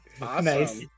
Nice